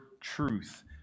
truth